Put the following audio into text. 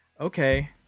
okay